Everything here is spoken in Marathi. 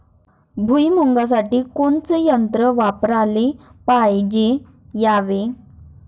भुइमुगा साठी कोनचं तंत्र वापराले पायजे यावे?